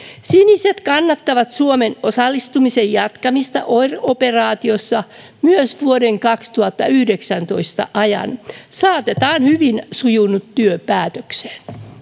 siniset kannattavat suomen osallistumisen jatkamista oir operaatiossa myös vuoden kaksituhattayhdeksäntoista ajan saatetaan hyvin sujunut työ päätökseen